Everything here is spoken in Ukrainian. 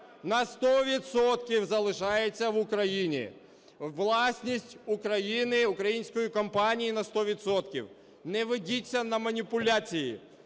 залишається в Україні. Власність України, української компанії на сто відсотків. Не ведіться на маніпуляції.